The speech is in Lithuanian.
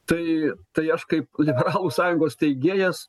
tai tai aš kaip liberalų sąjungos steigėjas